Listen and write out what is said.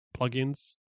plugins